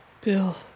Bill